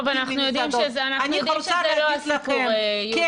טוב, אנחנו יודעים שזה לא הסיפור, יוליה.